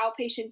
outpatient